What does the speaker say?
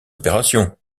opération